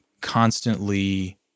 constantly